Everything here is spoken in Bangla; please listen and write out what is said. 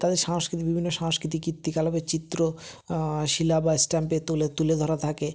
তাদের সাংস্কৃতিক বিভিন্ন সাংস্কৃতিক কীর্তিকলাপের চিত্র শিলা বা স্ট্যাম্পে তুলে তুলে ধরা থাকে